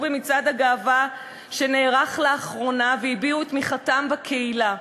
במצעד הגאווה שנערך לאחרונה והביעו את תמיכתם בקהילה,